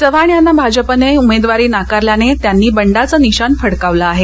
चव्हाण यांना भाजपने उमेदवारी नाकारल्याने चव्हाण यांनी बंडाचं निशाण फडकावलं आहे